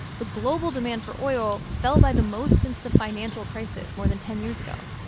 the global demand for oil fell by the most since the financial crisis more than ten years ago.